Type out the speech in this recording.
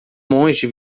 monge